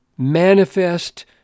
manifest